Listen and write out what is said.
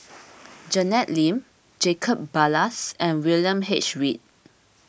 Janet Lim Jacob Ballas and William H Read